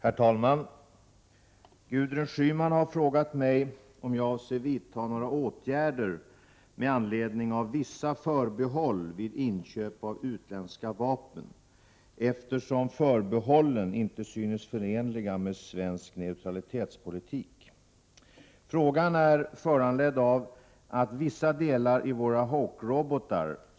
Enligt uppgifter i utländsk press kommer elva Hawk-missiler att transporteras från den amerikanska basen Weilerback i Västtyskland till Sverige.